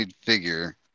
figure